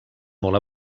molt